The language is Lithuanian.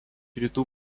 rytų